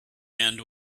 end